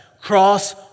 Cross